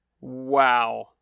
Wow